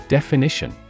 Definition